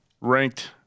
ranked